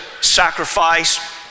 sacrifice